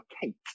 Kate